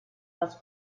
les